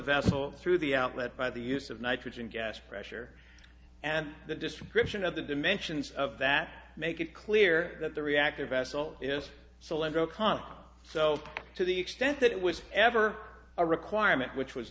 vessel through the outlet by the use of nitrogen gas pressure and the description of the dimensions of that make it clear that the reactor vessel is soul and o'connell so to the extent that it was ever a requirement which was